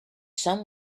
some